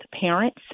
parents